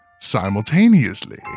simultaneously